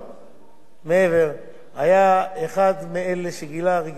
היה אחד מאלה שגילו רגישות חברתית ופתיחות,